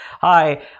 hi